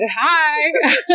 hi